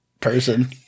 person